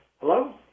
Hello